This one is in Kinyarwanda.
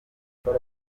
mfite